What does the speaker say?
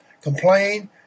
complain